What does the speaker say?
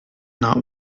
not